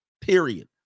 period